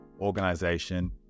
organization